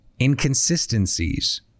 inconsistencies